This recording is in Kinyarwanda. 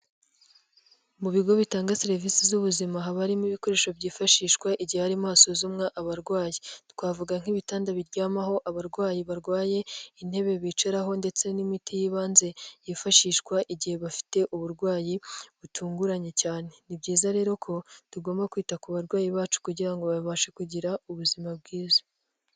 Mu bigo bitanga serivisi z'ubuzima haba harimo ibikoresho byifashishwa igihe harimo hasuzumwa abarwayi. Twavuga nk'ibitanda biryamaho abarwayi barwaye, intebe bicaraho, ndetse n'imiti y'ibanze yifashishwa igihe bafite uburwayi butunguranye cyane. Ni byiza rero ko tugomba kwita ku barwayi bacu kugira ngo babashe kugira ubuzima bwiza.